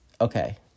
okay